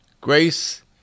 Grace